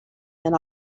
and